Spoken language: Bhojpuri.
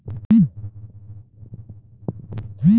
जमा राशि कइसे निकली?